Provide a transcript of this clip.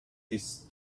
this